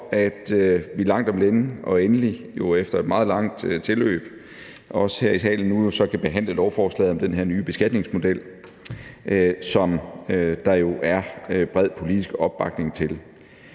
endelig langt om længe og efter et meget langt tilløb kan behandle lovforslaget om den her nye beskatningsmodel, som der jo er bred politisk opbakning til.